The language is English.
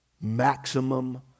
maximum